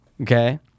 okay